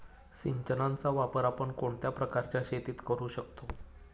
सिंचनाचा वापर आपण कोणत्या प्रकारच्या शेतीत करू शकतो?